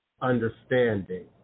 understanding